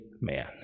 Man